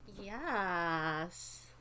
Yes